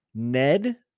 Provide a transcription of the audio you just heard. ned